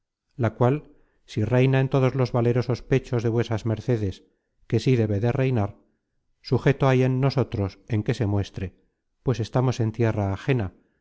la cual si reina en todos los valerosos pechos de vuesas mer cedes que sí debe de reinar sujeto hay en nosotros en que se muestre pues estamos en tierra ajena